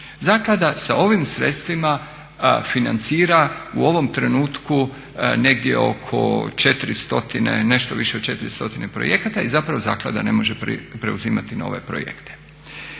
Zaklada sa ovim sredstvima financira u ovom trenutku negdje oko nešto više od 400 projekata i zapravo zaklada ne može preuzimati nove projekte.